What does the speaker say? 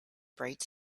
bright